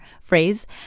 phrase